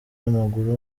w’amaguru